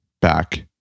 back